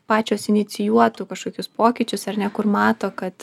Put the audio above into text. pačios inicijuotų kažkokius pokyčius ar ne kur mato kad